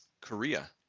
Korea